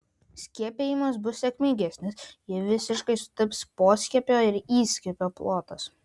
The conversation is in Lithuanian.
skiepijimas bus sėkmingesnis jei visiškai sutaps poskiepio ir įskiepio plotas